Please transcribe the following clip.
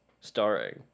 starring